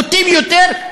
בוטים יותר,